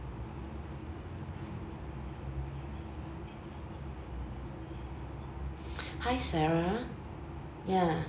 hi sarah ya